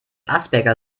asperger